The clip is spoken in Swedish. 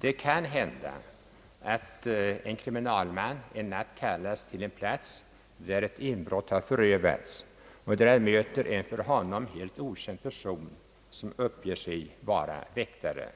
Det kan hända att en kriminalman nattetid kallas till en plats där ett inbrott förövats och på platsen möter en för honom helt okänd person som uppger sig vara väktare.